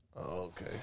Okay